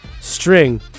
string